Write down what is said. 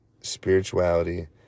spirituality